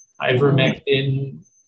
ivermectin